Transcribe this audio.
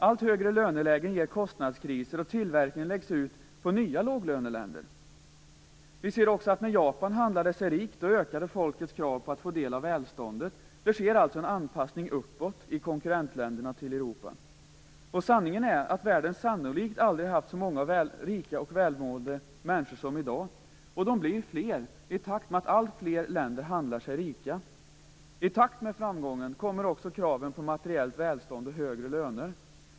Allt högre lönelägen ger kostnadskriser, och tillverkning läggs ut på nya låglöneländer. Vi ser också att när Japan handlade sig rikt ökade folkets krav på att få del av välståndet. Det sker alltså en anpassning uppåt i konkurrentländerna till Europa. Sanningen är att världen sannolikt aldrig haft så många rika och välmående människor som i dag. Och de blir fler, i takt med att alltfler länder handlar sig rika. I takt med framgången kommer också kraven på materiellt välstånd och högre löner.